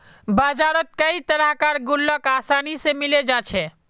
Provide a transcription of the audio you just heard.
बजारत कई तरह कार गुल्लक आसानी से मिले जा छे